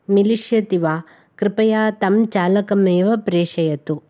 मेलिष्यति वा कृपया तं चालकमेव प्रेषयतु